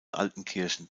altenkirchen